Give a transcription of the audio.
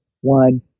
one